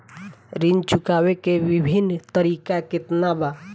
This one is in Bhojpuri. ऋण चुकावे के विभिन्न तरीका केतना बा?